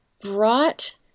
brought